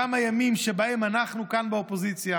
כמה ימים שבהם אנחנו כאן באופוזיציה